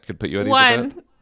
one